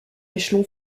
échelon